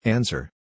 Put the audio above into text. Answer